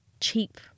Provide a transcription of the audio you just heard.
cheap